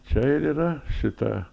čia ir yra šita